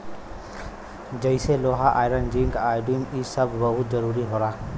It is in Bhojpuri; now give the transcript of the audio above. जइसे लोहा आयरन जिंक आयोडीन इ सब बहुत जरूरी होला